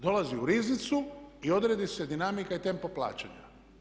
Dolazi u riznicu i odredi se dinamika i tempo plaćanja.